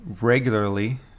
regularly